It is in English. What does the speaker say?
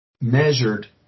measured